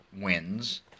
wins